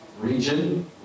region